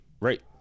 right